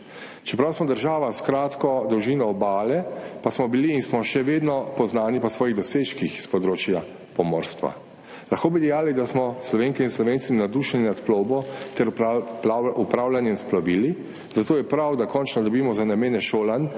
Čeprav smo država s kratko dolžino obale, pa smo bili in smo še vedno poznani po svojih dosežkih s področja pomorstva. Lahko bi dejali, da smo Slovenke in Slovenci navdušeni nad plovbo ter upravljanjem s plovili, zato je prav, da končno dobimo za namene šolanja